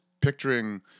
picturing